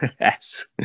Yes